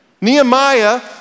Nehemiah